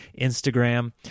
Instagram